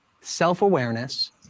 Self-awareness